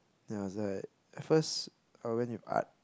then I was like at first I went with art